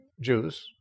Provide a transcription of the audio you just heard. Jews